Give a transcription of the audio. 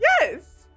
Yes